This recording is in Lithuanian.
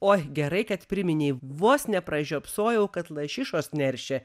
oi gerai kad priminei vos nepražiopsojau kad lašišos neršia